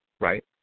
right